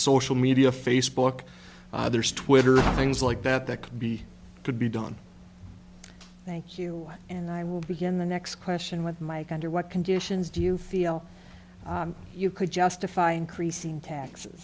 social media facebook twitter things like that that could be could be done thank you and i will begin the next question with mike under what conditions do you feel you could justify increasing taxes